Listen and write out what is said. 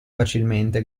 facilmente